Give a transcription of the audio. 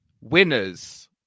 winners